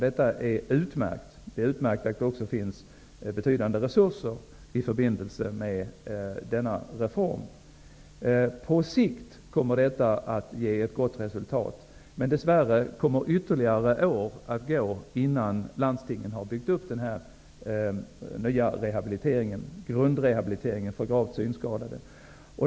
Detta är utmärkt. Det är också utmärkt att det finns betydande resurser i förbindelse med denna reform. På sikt kommer detta att ge ett gott resultat. Men dess värre kommer ytterligare år att gå innan landstingen har byggt upp denna nya grundrehabilitering för gravt synskadade.